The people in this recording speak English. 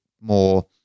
more